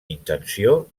intenció